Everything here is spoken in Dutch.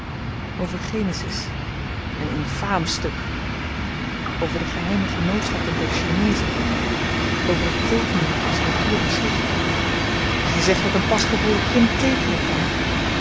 genesis een infaam stuk over de geheime genootschappen der chinezen over het teekenen als natuurlyk schrift hy zegt dat een pasgeboren kind teekenen kan